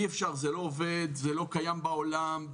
זה לא עובד בשום מקום בעולם.